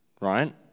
right